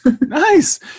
Nice